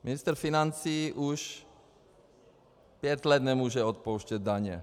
Ministr financí už pět let nemůže odpouštět daně.